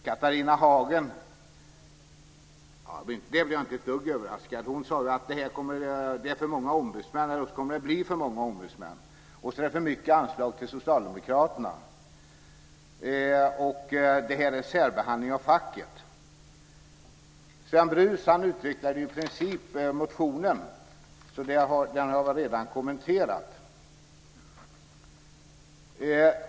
Jag blev inte ett dugg överraskad av det Catharina Hagen sade om att det är för många ombudsmän, eller kommer att bli för många ombudsmän, för mycket anslag till Socialdemokraterna och en särbehandling av facket. Sven Brus utvecklade i princip resonemanget i motionen, och den har jag redan kommenterat.